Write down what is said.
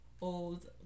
old